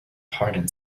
pardon